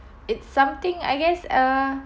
it's something I guess uh